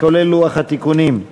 כולל לוח התיקונים.